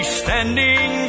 standing